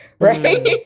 right